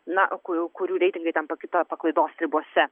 na kurių kurių reitingai ten pakito paklaidos ribose